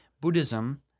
Buddhism